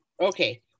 Okay